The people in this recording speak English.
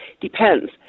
Depends